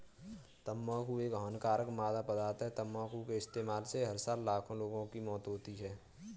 तंबाकू एक हानिकारक मादक पदार्थ है, तंबाकू के इस्तेमाल से हर साल लाखों लोगों की मौत होती है